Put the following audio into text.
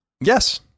Yes